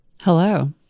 Hello